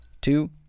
two